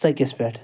ژٔکِس پیٚٹھ